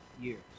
years